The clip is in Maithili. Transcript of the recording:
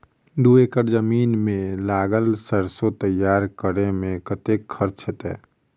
दू एकड़ जमीन मे लागल सैरसो तैयार करै मे कतेक खर्च हेतै?